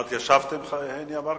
את ישבת עם הניה מרקוביץ?